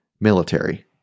military